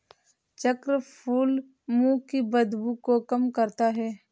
चक्रफूल मुंह की बदबू को कम करता है